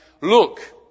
Look